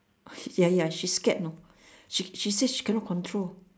ya ya she scared you know she say cannot control